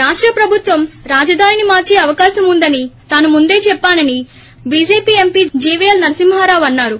రాష్ట ప్రభుత్వం రాజధానిని మార్చే అవకాశం ఉందని తాను ముందే చెప్పానని భారతీయ జనతాపార్లీ ఎంపీ జీవ్ఎల్ నరసింహారావు అన్నారు